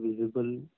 visible